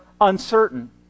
uncertain